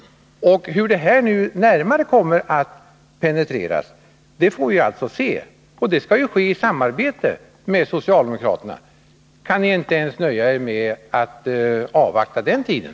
Hur dessa frågor sedan närmare kommer att penetreras får vi se. Den penetreringen skall ske i samarbete med socialdemokraterna. Kan ni inte ens nöja er med att avvakta den tiden?